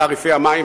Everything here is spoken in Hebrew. תעריפי המים,